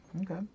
Okay